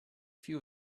few